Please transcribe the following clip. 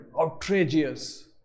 outrageous